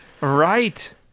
Right